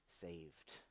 saved